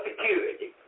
security